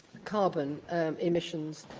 carbon emissions